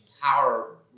Power